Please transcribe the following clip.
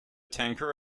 tanker